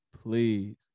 please